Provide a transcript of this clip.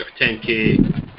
10k